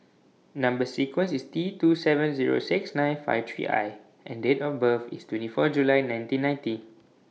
Number sequence IS T two seven Zero six nine five three I and Date of birth IS twenty four July nineteen ninety